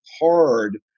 hard